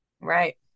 right